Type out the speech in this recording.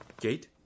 Gate